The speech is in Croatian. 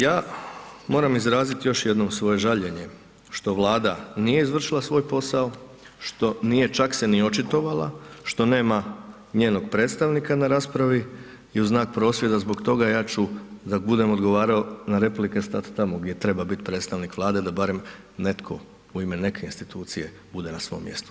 Ja moram izraziti još jednom svoje žaljenje što Vlada nije izvršila svoj posao, što nije čak se ni očitovala, što nema njenog predstavnika na raspravi i u znak prosvjeda zbog toga ja ću dok budem odgovarao na replike stat tamo gdje treba biti predstavnik Vlade, da barem netko u ime neke institucije bude na svom mjestu.